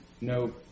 no